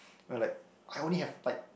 and like I only have like